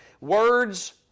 Words